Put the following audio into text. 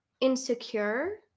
insecure